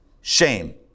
shame